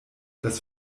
das